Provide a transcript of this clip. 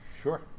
sure